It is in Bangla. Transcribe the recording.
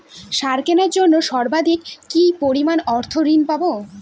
সার কেনার জন্য সর্বাধিক কি পরিমাণ অর্থ ঋণ পাব?